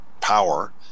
power